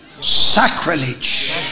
sacrilege